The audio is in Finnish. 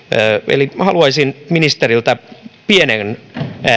eli minä haluaisin ministeriltä pienen